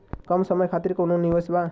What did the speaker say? कम समय खातिर कौनो निवेश बा?